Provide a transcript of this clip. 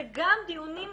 זה גם דיונים שונים.